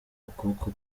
ukuboko